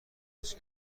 درست